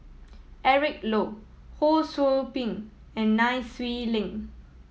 Eric Low Ho Sou Ping and Nai Swee Leng